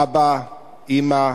אבא, אמא,